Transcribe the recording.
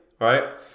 Right